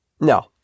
No